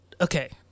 okay